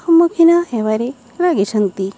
ସମ୍ମୁଖୀନ ହେବାରେ ଲାଗିଛନ୍ତି